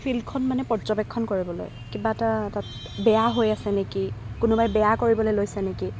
ফিল্ডখন মানে পৰ্য্যবেক্ষণ কৰিবলৈ কিবা এটা তাত বেয়া হৈ আছে নেকি কোনোবাই বেয়া কৰিবলৈ লৈছে নেকি